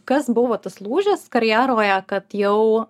kas buvo tas lūžis karjeroje kad jau